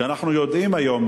כשאנחנו יודעים היום,